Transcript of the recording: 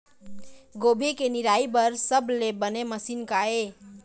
गोभी के निराई बर सबले बने मशीन का ये?